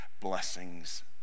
blessings